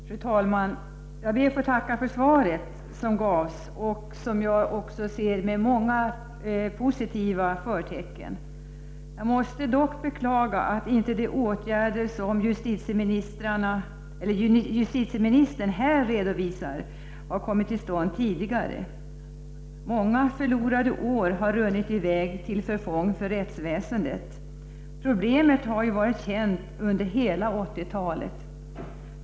Fru talman! Jag ber att få tacka för svaret som gavs, som hade flera positiva förtecken. Jag måste dock beklaga att inte de åtgärder som justitieministern här redovisar kommit till stånd tidigare. Många förlorade år har runnit i väg till förfång för rättsväsendet. Problemet har varit känt under hela 1980-talet.